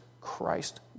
Christ